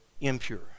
Impure